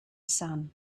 sun